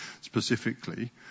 specifically